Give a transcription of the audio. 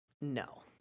no